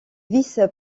vice